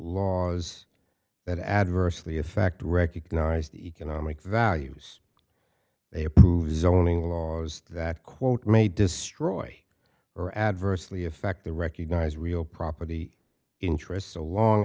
laws that adversely affect recognized economic values they approve zoning laws that quote may destroy or adversely affect the recognize real property interests so long